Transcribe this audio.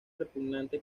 repugnante